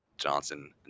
johnson